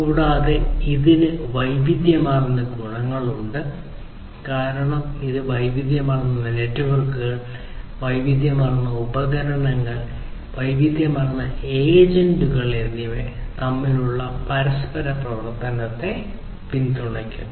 കൂടാതെ ഇതിന് വൈവിധ്യമാർന്ന ഗുണങ്ങളുണ്ട് കാരണം ഇത് വൈവിധ്യമാർന്ന നെറ്റ്വർക്കുകൾ വൈവിധ്യമാർന്ന ഉപകരണങ്ങൾ വൈവിധ്യമാർന്ന ഏജന്റുകൾ എന്നിവ തമ്മിലുള്ള പരസ്പര പ്രവർത്തനത്തെ പിന്തുണയ്ക്കുന്നു